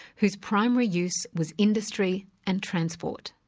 whose primary use was industry and transport.